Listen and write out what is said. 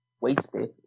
wasted